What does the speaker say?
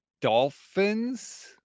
Dolphins